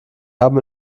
haben